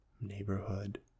neighborhood